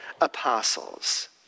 apostles